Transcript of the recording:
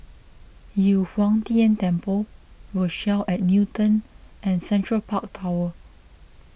Yu Huang Tian Temple Rochelle at Newton and Central Park Tower